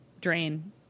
drain